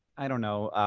i don't know,